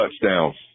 touchdowns